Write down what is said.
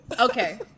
Okay